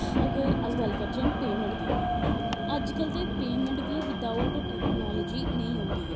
अगर हून अस गल्ल करचै पेमैंट दी अज्ज कल ते पेमैंट बी बिद औट टैकनॉलजी नेंई होंदी ऐ